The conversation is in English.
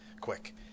quick